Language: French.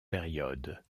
période